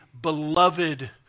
beloved